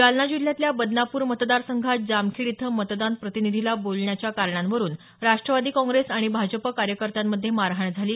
जालना जिल्ह्यातल्या बदनापूर मतदार संघात जामखेड इथं मतदान प्रतिनिधीला बोलण्याच्या कारणांवरुन राष्ट्रवादी काँग्रेस आणि भाजपा कार्यकर्त्यांमध्ये मारहाण झाली